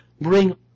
bring